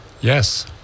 Yes